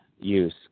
use